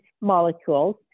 molecules